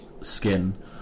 skin